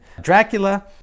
Dracula